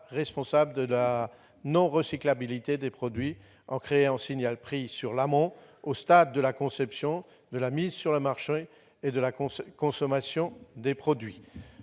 responsables de la non-recyclabilité des produits, en créant un signal prix sur l'amont, au stade de la conception, de la mise sur le marché et de la consommation des produits.